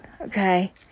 okay